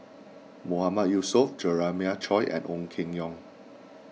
Mahmood Yusof Jeremiah Choy and Ong Keng Yong